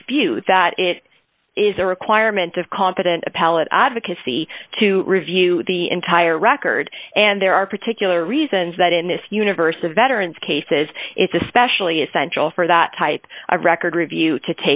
dispute that it is a requirement of competent appellate advocacy to review the entire record and there are particular reasons that in this universe of veterans cases it's especially essential for that type of record review to